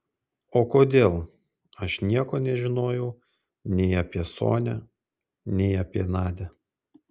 o kodėl aš nieko nežinojau nei apie sonią nei apie nadią